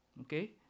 okay